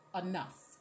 enough